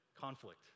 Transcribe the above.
conflict